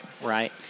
Right